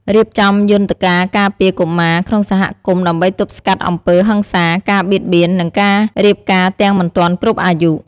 រៀបចំយន្តការការពារកុមារក្នុងសហគមន៍ ដើម្បីទប់ស្កាត់អំពើហិង្សា ការបៀតបៀន និងការរៀបការទាំងមិនទាន់គ្រប់អាយុ។